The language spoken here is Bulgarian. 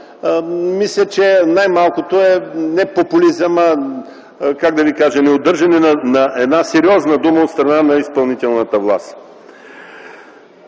мисля, че най-малкото е не популизъм, а неудържане на една сериозна дума от страна на изпълнителната власт.